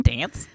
Dance